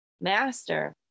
Master